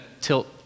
tilt